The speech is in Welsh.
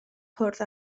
cwrdd